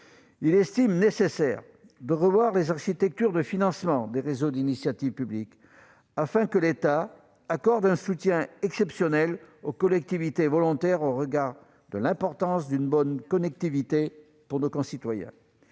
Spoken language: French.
Ils estiment nécessaire de revoir les architectures de financement des réseaux d'initiative publique afin que l'État accorde un soutien exceptionnel aux collectivités volontaires, au regard de l'importance d'une bonne connectivité pour nos concitoyens.